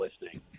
listening